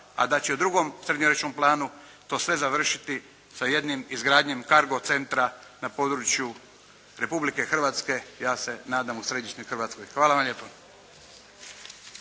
a da će u drugom srednjoročnom planu to sve završiti sa jednim izgradnjom Kargo centra na području Republike Hrvatske, ja se nadam u središnjoj Hrvatskoj. Hvala vam lijepo.